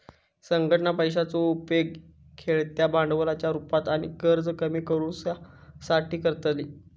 संघटना पैशाचो उपेग खेळत्या भांडवलाच्या रुपात आणि कर्ज कमी करुच्यासाठी करतली